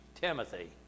Timothy